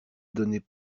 donnait